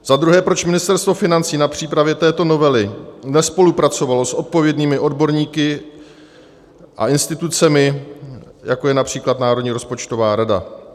Za druhé, proč Ministerstvo financí na přípravě této novely nespolupracovalo s odpovědnými odborníky a institucemi, jako je např. Národní rozpočtová rada?